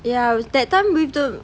yeah that time with the